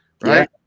right